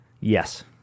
Yes